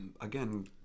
again